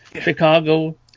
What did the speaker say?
Chicago